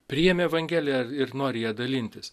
priėmė evangeliją ir nori ja dalintis